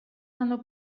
hanno